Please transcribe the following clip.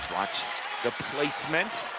watch the placement.